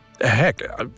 Heck